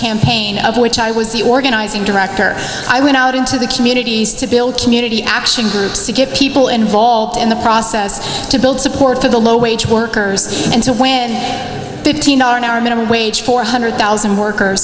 campaign of which i was the organizing director i went out into the communities to build community action groups to get people involved in the process to build support for the low wage workers and so when fifteen are minimum wage four hundred thousand workers